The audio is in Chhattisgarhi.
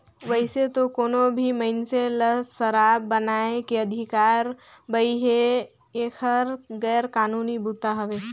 वइसे तो कोनो भी मइनसे ल सराब बनाए के अधिकार बइ हे, एहर गैर कानूनी बूता हवे